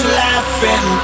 laughing